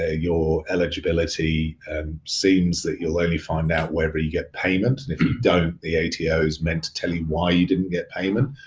ah your eligibility and seems that you'll only find out wherever you get payment, and if you don't, the ato is meant to tell you why you didn't get payment,